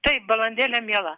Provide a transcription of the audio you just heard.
taip balandėle miela